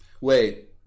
Wait